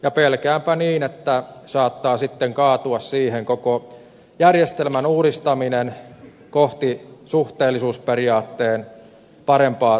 ja pelkäänpä että saattaa sitten kaatua siihen koko järjestelmän uudistaminen kohti suhteellisuusperiaatteen parempaa toteuttamista